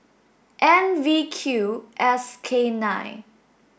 N V Q S K nine